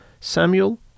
Samuel